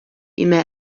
بما